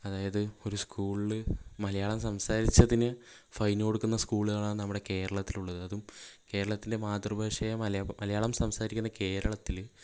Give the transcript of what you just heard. അതായത് ഒരു സ്കൂളിൽ മലയാളം സംസാരിച്ചതിന് ഫൈൻ കൊടുക്കുന്ന സ്കൂളുകളാ നമ്മുടെ കേരളത്തിൽ ഉള്ളത് അതും കേരളത്തിലെ മാതൃഭാഷ ആയ മലയാളം സംസാരിക്കുന്ന കേരളത്തില്